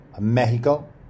Mexico